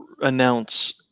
announce